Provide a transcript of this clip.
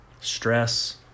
Stress